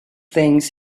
things